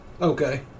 Okay